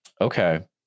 Okay